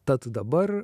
tad dabar